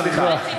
סליחה.